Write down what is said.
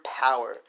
power